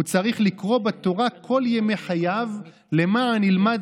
הוא צריך לקרוא בתורה "כל ימי חייו למען ילמד